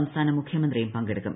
സംസ്ഥാന മുഖ്യമന്ത്രിയും പങ്കെടുക്കും